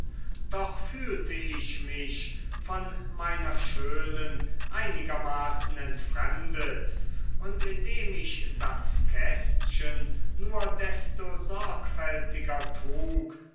doch fühlte ich mich von meiner schönen einigermaßen entfremdet und indem ich das kästchen nur desto sorgfältiger trug